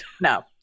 no